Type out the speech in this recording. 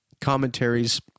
commentaries